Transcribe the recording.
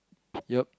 yep